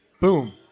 Boom